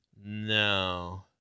no